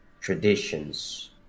traditions